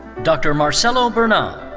dr. marcelo bernal.